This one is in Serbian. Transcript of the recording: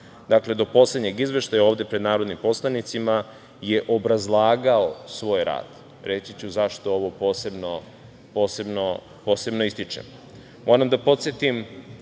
dakle, do poslednjeg izveštaja ovde pred narodnim poslanicima je obrazlagao svoj rad. Reći ću zašto ovo posebno ističem. Moram da podsetim